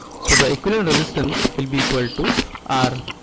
so, the equivalent resistance will be equal to r.